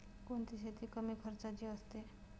कोणती शेती कमी खर्चाची असते?